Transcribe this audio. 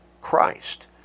Christ